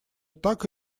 так